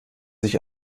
sich